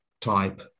type